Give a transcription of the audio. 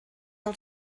del